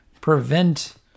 prevent